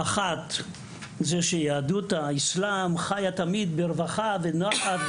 האחת היא שיהדות האסלאם חיה תמיד ברווחה ובנחת,